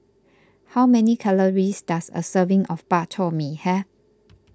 how many calories does a serving of Bak Chor Mee have